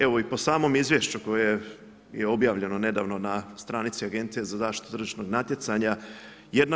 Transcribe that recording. Evo i po samom izvješću koje je obavljeno nedavno na stranice Agencije za zaštitu tržišnog natjecanja, 1/